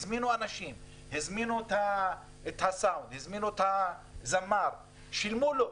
הזמינו סאונד, זמר, ושילמו להם.